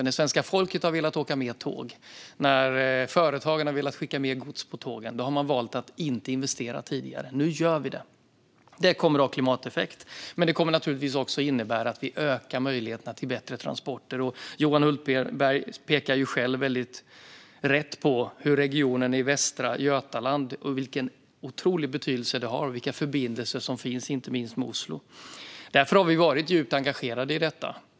När svenska folket har velat åka mer tåg och när företagen har velat skicka mer gods på tågen har man tidigare valt att inte investera. Nu gör vi det. Det kommer att ha klimateffekt, men det kommer naturligtvis också att innebära att vi ökar möjligheterna till bättre transporter. Johan Hultberg pekar själv väldigt rätt på Västra Götalandsregionen och vilken otrolig betydelse det har vilka förbindelser som finns med inte minst Oslo. Därför har vi varit djupt engagerade i detta.